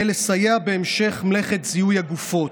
לסייע בהמשך מלאכת זיהוי הגופות.